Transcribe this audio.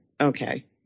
okay